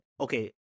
okay